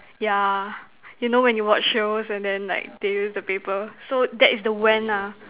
yeah you know when you watch shows and then like they use the paper so that's the when lah